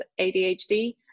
ADHD